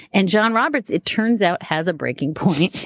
and john roberts, it turns out, has a breaking point,